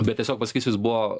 bet tiesiog pasakysiu jis buvo